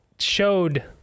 Showed